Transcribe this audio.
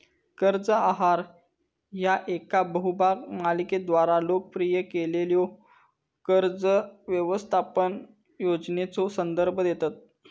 कर्ज आहार ह्या येका बहुभाग मालिकेद्वारा लोकप्रिय केलेल्यो कर्ज व्यवस्थापन योजनेचो संदर्भ देतत